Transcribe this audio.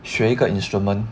学一个 instrument